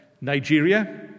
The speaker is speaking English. Nigeria